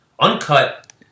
uncut